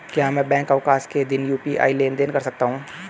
क्या मैं बैंक अवकाश के दिन यू.पी.आई लेनदेन कर सकता हूँ?